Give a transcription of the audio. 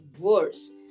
worse